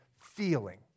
feeling